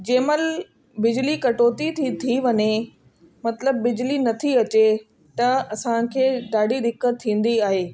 जेमहिल बिजली कटौती थी वञे मतिलबु बिजली नथी अचे त असांखे ॾाढी दिक़त थींदी आहे